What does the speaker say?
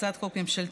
הצעת חוק ממשלתית.